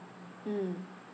mm